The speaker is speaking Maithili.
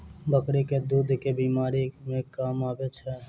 बकरी केँ दुध केँ बीमारी मे काम आबै छै?